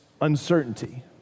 uncertainty